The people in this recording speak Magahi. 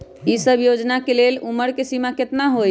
ई सब योजना के लेल उमर के सीमा केतना हई?